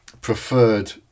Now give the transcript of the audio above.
preferred